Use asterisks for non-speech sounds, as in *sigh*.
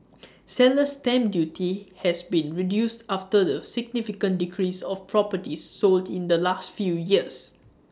*noise* seller's stamp duty has been reduced after the significant decrease of properties sold in the last few years